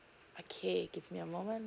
okay give me a moment